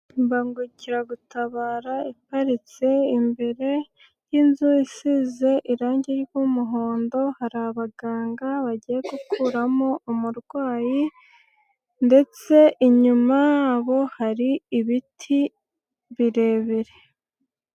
Imbangukiragutabara iparitse imbere y'inzu isize irangi ry'umuhondo, hari abaganga bagiye gukuramo umurwayi ndetse inyuma ya bo hari ibiti birebire.